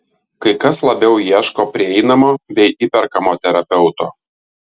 kai kas labiau ieško prieinamo bei įperkamo terapeuto